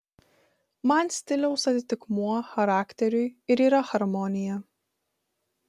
man stiliaus atitikmuo charakteriui ir yra harmonija